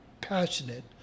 passionate